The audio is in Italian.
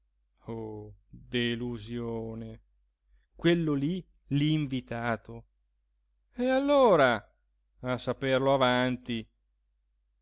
oh delusione quello lí l'invitato e allora a saperlo avanti